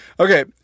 Okay